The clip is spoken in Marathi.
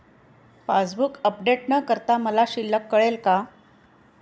पासबूक अपडेट न करता मला शिल्लक कळेल का?